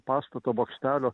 pastato bokštelio